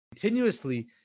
continuously